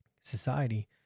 society